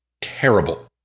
terrible